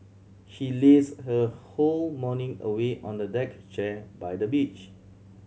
she lazed her whole morning away on a deck chair by the beach